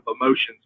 emotions